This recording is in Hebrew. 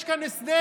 יש כאן הסדר.